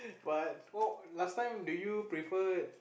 what what last time do you preferred